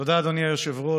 תודה, אדוני היושב-ראש.